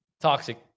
Toxic